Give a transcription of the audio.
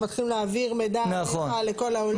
מתחילים להעביר מידע עליך לכל העולם.